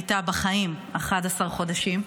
הייתה בחיים 11 חודשים,